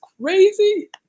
crazy